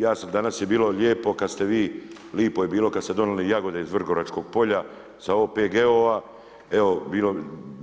Ja sam, danas je bilo lipo kad ste vi, lipo je bilo kad ste doneli jagode iz Vrgoračkog polja sa OPG-ova, evo